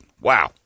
wow